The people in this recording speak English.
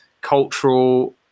cultural